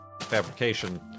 fabrication